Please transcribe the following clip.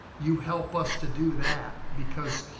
you help us to do that because,